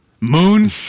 Moon